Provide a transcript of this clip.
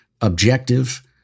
objective